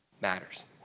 matters